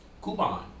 Coupon